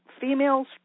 females